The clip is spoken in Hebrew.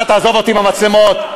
אתה תעזוב אותי מהמצלמות.